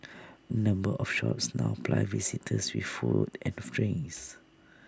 A number of shops now ply visitors with food and drinks